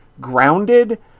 grounded